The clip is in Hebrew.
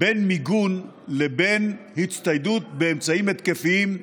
בין מיגון לבין הצטיידות באמצעים התקפיים,